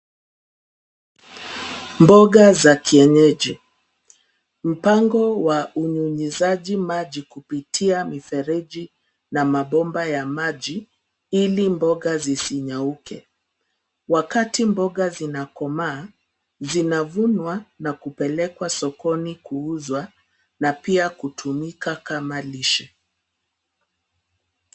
Mboga za kienyeji. Mpango wa unyunyizaji maji kupitia mifereji na mabomba ya maji hili mboga zisinyauke. Wakati mboga zinakomaa, zinavunwa na kupelekwa sokoni kuuzwa na pia kutumika kama lishe.